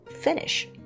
finish